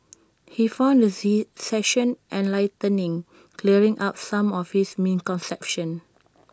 he found the Z session enlightening clearing up some of his misconceptions